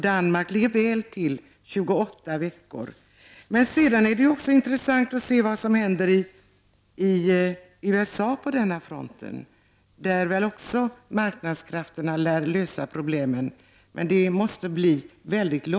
Danmark ligger väl framme med 28 veckors ledighet. Vad händer då i USA på denna front? Där lär väl också marknadskrafterna lösa problemen, även om det sker på lång sikt.